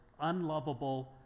unlovable